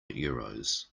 euros